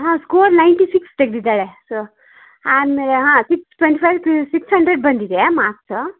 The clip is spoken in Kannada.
ಹಾಂ ಸ್ಕೋರ್ ನೈನ್ಟಿ ಸಿಕ್ಸ್ ತೆಗ್ದಿದ್ದಾಳೆ ಸರ್ ಆಮೇಲೆ ಹಾಂ ಸಿಕ್ಸ್ ಟ್ವೆಂಟಿ ಫೈವ್ಗೆ ಸಿಕ್ಸ್ ಹಂಡ್ರೆಡ್ ಬಂದಿದೆ ಮಾರ್ಕ್ಸ್